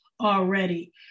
already